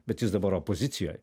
bet jis dabar opozicijoj